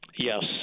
Yes